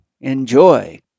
Enjoy